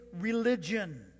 religion